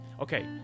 okay